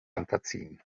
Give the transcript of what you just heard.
unterziehen